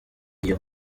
iyo